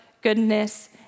goodness